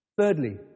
Thirdly